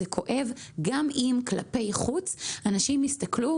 זה כואב גם אם כלפי חוץ אנשים יסתכלו